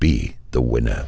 be the winner